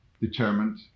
determined